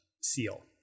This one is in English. seal